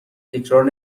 تکرار